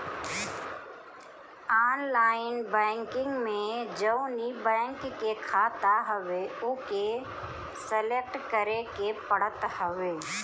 online banking में जवनी bank के खाता हवे ओके सलेक्ट करे के पड़त हवे